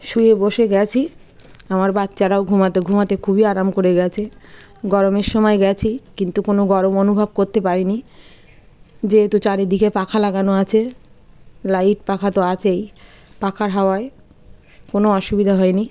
শুয়ে বসে গেছি আমার বাচ্ছারাও ঘুমোতে ঘুমোতে খুবই আরাম করে গেছে গরমের সময় গেছি কিন্তু কোনো গরম অনুভব করতে পারি নি যেহেতু চারিদিকে পাখা লাগানো আছে লাইট পাখা তো আছেই পাখার হাওয়ায় কোনো অসুবিধা হয় নি